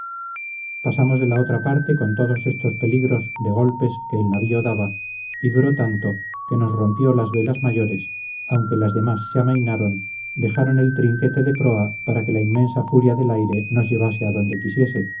pasamos de la otra parte con todos estos peligros de golpes que el navío daba y duró tanto que nos rompió las velas mayores aunque las demás se amainaron dejaron el trinquete de proa para que la inmensa furia del aire nos llevase adonde quisiese